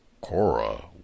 Cora